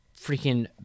freaking